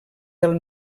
del